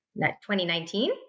2019